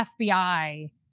FBI